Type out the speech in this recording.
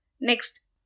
Next